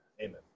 amen